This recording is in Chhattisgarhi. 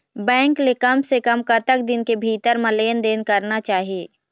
बैंक ले कम से कम कतक दिन के भीतर मा लेन देन करना चाही?